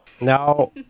no